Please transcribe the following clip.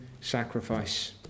sacrifice